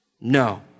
No